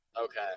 Okay